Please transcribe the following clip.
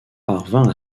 parvint